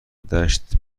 دشت